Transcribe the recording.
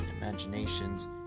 imaginations